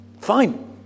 Fine